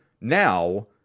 now